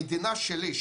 כי זו המדינה שלי,